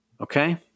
Okay